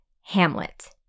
Hamlet